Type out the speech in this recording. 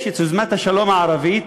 יש יוזמת השלום הערבית,